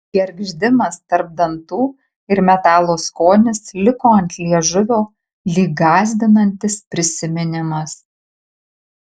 gergždimas tarp dantų ir metalo skonis liko ant liežuvio lyg gąsdinantis prisiminimas